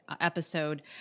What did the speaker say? episode